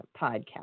podcast